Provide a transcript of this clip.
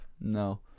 No